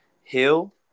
Hill